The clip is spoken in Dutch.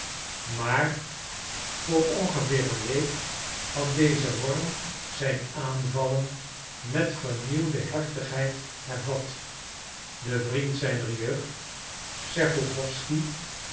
maar voor ongeveer een week had deze worm zijn aanvallen met vernieuwde heftigheid hervat de vriend zijner jeugd